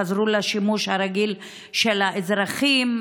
חזרו לשימוש הרגיל של האזרחים.